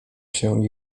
się